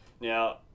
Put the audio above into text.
Now